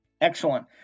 Excellent